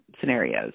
scenarios